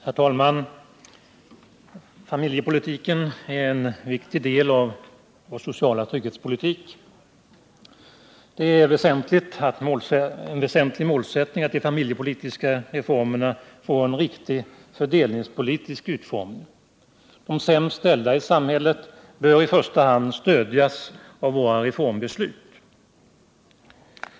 Herr talman! Familjepolitiken är en viktig del av vår sociala trygghetspolitik. Det är en väsentlig målsättning att de familjepolitiska reformerna får en riktig fördelningspolitisk utformning. De sämst ställda i samhället bör i första hand stödjas av våra reformbeslut.